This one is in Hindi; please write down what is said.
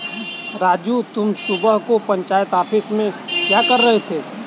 राजू तुम सुबह को पंचायत ऑफिस में क्या कर रहे थे?